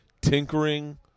tinkering